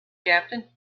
captain